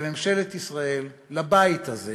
לממשלת ישראל, לבית הזה: